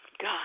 God